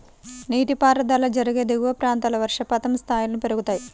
నీటిపారుదల జరిగే దిగువ ప్రాంతాల్లో వర్షపాతం స్థాయిలను పెరుగుతాయి